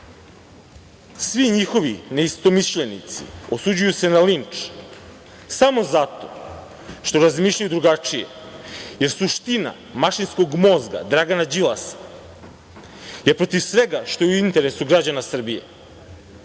svi njihovi neistomišljenici osuđuju se na linč samo zato što razmišljaju drugačije, jer suština mašinskog mozga Dragana Đilasa je protiv svega što je u interesu građana Srbije.